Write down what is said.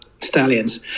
stallions